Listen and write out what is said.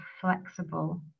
flexible